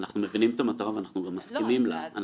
אנחנו מבינים את המטרה ואנחנו מסכימים לה.